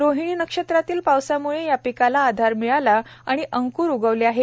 रोहिणी नक्षत्रातील पावसाम्ळे या पिकाला आधार मिळाला आणि अंक्र उगवले आहे